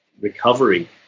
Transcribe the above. recovery